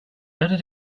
better